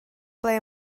ble